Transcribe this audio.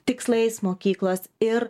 tikslais mokyklos ir